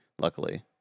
luckily